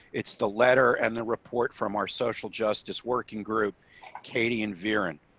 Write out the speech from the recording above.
it's the letter and the report from our social justice. working group katie and viren